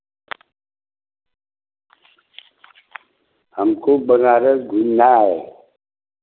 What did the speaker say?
हमको बनारस घूमना है